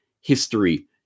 history